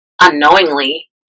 unknowingly